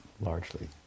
largely